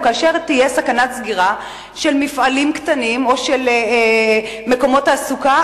כאשר תהיה סכנת סגירה של מפעלים קטנים או של מקומות תעסוקה,